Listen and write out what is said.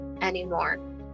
anymore